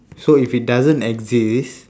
so if it doesn't exist